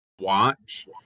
watch